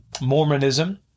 Mormonism